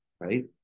right